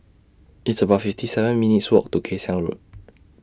It's about fifty seven minutes' Walk to Kay Siang Road